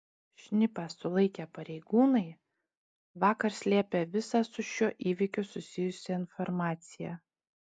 šnipą sulaikę pareigūnai vakar slėpė visą su šiuo įvykiu susijusią informaciją